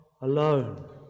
alone